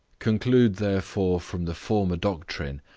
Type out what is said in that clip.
conclude therefore from the former doctrine,